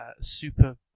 super